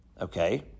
Okay